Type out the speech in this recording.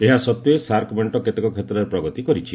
ଏହା ସଡ୍ଜ୍ୱେ ସାର୍କ ମେଣ୍ଟ କେତେକ କ୍ଷେତ୍ରରେ ପ୍ରଗତି କରିଛି